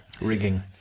rigging